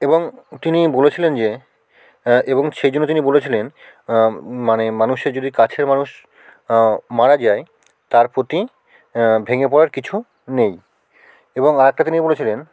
এবং তিনি বলেছিলেন যে এবং সেই জন্য তিনি বলেছিলেন মানে মানুষের যদি কাছের মানুষ মারা যায় তার প্রতি ভেঙে পড়ার কিছু নেই এবং আরেকটা তিনি বলেছিলেন